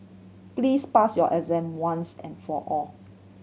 please pass your exam once and for all